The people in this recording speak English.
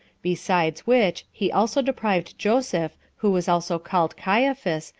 besides which, he also deprived joseph, who was also called caiaphas,